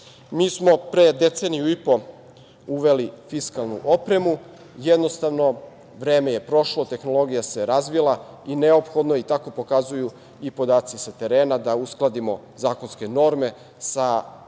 Mi smo pre deceniju i po uveli fiskalnu opremu. Jednostavno, vreme je prošlo, tehnologija se razvila i neophodno je, tako pokazuju i podaci sa terena, da uskladimo zakonske norme sa